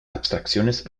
abstracciones